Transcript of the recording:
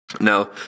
Now